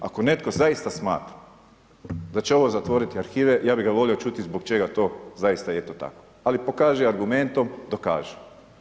Ako netko zaista smatra da će ovo zatvoriti arhive, ja bih ga volio čuti zbog čega to zaista je to tako, ali pokaži argumentom, dokaži.